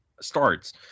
starts